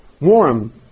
warm